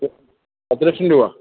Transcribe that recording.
പത്ത് ലക്ഷം രൂപ